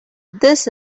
this